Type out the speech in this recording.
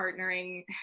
partnering